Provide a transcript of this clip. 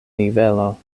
nivelo